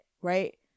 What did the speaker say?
Right